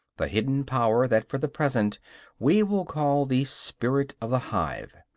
the hidden power that for the present we will call the spirit of the hive.